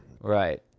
Right